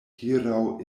hieraŭ